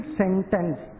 sentence